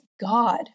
God